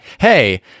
hey